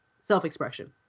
self-expression